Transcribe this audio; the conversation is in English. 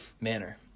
manner